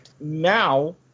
now